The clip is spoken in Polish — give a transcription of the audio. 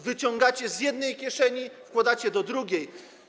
Wyciągacie z jednej kieszeni, wkładacie do drugiej.